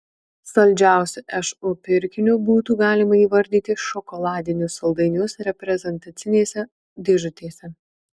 saldžiausiu šu pirkiniu būtų galima įvardyti šokoladinius saldainius reprezentacinėse dėžutėse